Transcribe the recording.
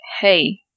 hey